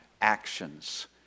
actions